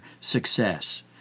success